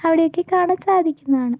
അവിടെയൊക്കെ കാണാൻ സാധിക്കുന്നതാണ്